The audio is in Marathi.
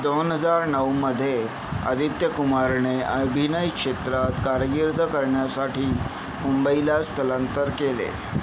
दोन हजार नऊमध्ये आदित्यकुमारने अभिनय क्षेत्रात कारकीर्द करण्यासाठी मुंबईला स्थलांतर केले